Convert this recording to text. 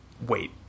Wait